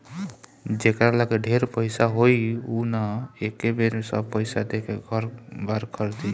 जेकरा लगे ढेर पईसा होई उ न एके बेर सब पईसा देके घर बार खरीदी